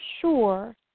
sure